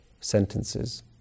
sentences